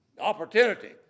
Opportunity